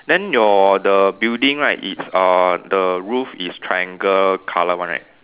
then your the building right it's uh the roof is triangle colour one right